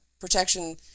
protection